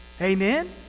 Amen